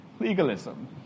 legalism